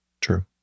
true